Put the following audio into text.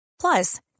Plus